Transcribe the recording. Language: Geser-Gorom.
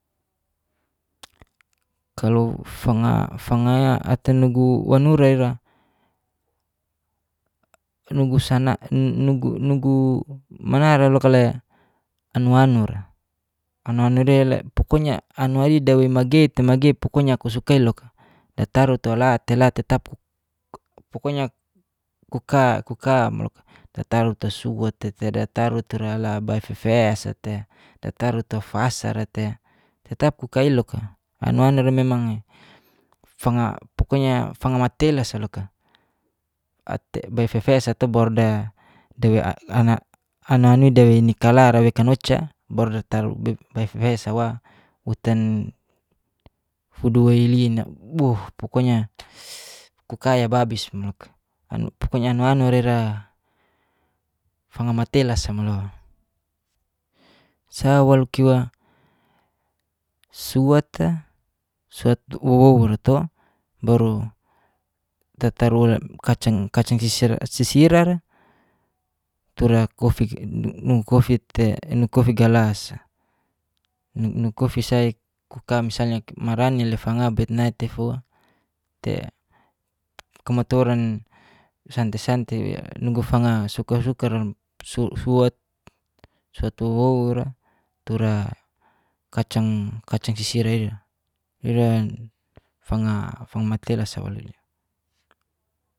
Kalu fanga atanugu wanura ira nugusana nugu manara lokale anuanuira anuanude la pokoknya anuaridawei magei tei magei pokoknya aku suka'i loka dataru toala tela tetap pokoknya kuka kuka loka, dataru tusua loka dataru tuara baifefeesa tei, dataru tofasara tei, tetap kuka'i loka anuanura memang'e fanga pokoknya fanga matelasaloka atau baifefeesa to baru de de'i nikala raweka noca baru de taru baifefeesawa utan fuduwai li'ina buhhhh pokoknya anuanurai'ra fanga matela sa molo. Sa walu kiwa suata suata ttaaruou'ra to, baru tataruou'ra kacang, kacang sisirara tura covid nugukofi tei nukofigalasa, nukofisai kuka misalnya marani'a le fangabet nai tei fo, tei kamatoran sante sante nugu fanga sukasukara suat, suatuou'ra tura kacang kacang sisira ira. Ira fanga matelasa walu.